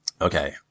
Okay